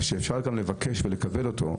וכשאפשר לבקש את הצילום ולקבל אותו,